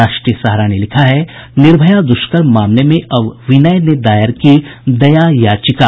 राष्ट्रीय सहारा ने लिखा है निर्भया दुष्कर्म मामले में अब विनय ने दायर की दया याचिका